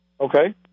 Okay